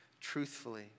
truthfully